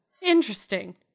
Interesting